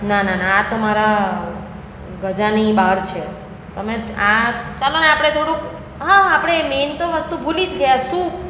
ના ના ના આ તો મારા ગજાની બહાર છે તમે આ ચાલો ને આપણે થોડુંક હા હા આપણે મેન તો વસ્તુ ભૂલી જ ગયા સૂપ